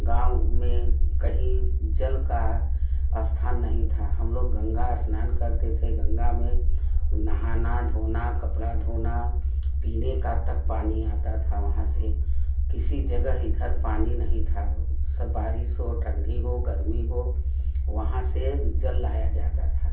गाँव में कहीं जल का स्थान नहीं था हम लोग गंगा स्नान करते थे गंगा में नहाना धोना कपड़ा धोना पीना का तक पानी आता था वहाँ से किसी जगह इधर पानी नहीं था सब बारिश हो ठंडी हो गर्मी हो वहाँ से जल लाया जाता था